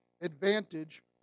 advantage